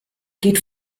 geht